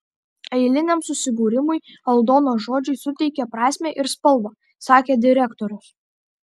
eiliniam susibūrimui aldonos žodžiai suteikia prasmę ir spalvą sakė direktorius